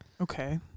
Okay